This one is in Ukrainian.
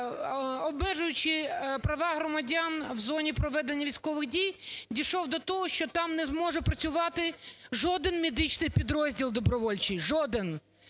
обмежуючи права громадян в зоні проведення військових дій, дійшов до того, що там не зможе працювати жоден медичний підрозділ добровольчий. Жоден.